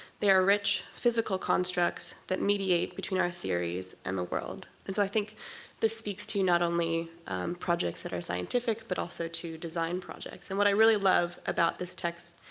they are rich physical constructs that mediate between our theories and the world. and so i think this speaks to not only projects that are scientific, but also to design projects. and what i really love about this text,